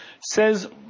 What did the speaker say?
Says